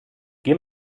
geh